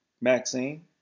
Maxine